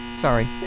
Sorry